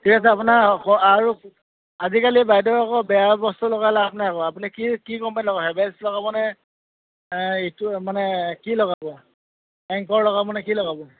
ঠিক আছে আপোনাৰ আৰু আজিকালি বাইদেউ আকৌ বেয়া বস্তু লগালে আপোনাৰ আপুনি কি কি কোম্পানী লগ'ব হেভেলছ লগাব নে এইটো মানে কি লগাব এংকৰ লগাব নে কি লগাব